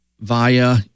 via